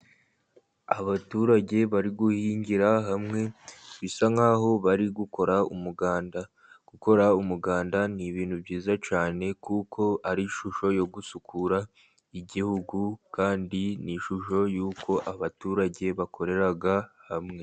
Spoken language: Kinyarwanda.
Abaturage bari guhingira hamwe bisa nk'aho bari gukora umuganda. Gukora umuganda ni ibintu byiza cyane, kuko ari ishusho yo gusukura igihugu, kandi ni ishusho y'uko abaturage bakorera hamwe.